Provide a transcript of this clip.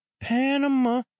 Panama